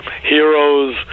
heroes